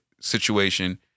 situation